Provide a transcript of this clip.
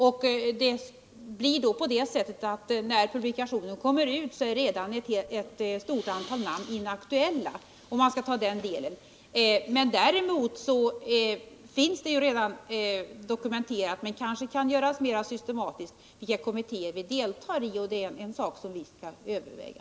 Följaktligen är redan när publikationen kommer ut ett stort antal namn inaktuella. Däremot finns det redan dokumenterat vilka kommittéer Sverige deltar i. Men det kanske kan göras mer systematiskt, och det är en sak som vi skall överväga.